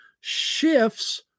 shifts